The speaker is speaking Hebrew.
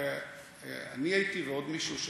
ואני הייתי ועוד מישהו,